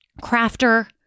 crafter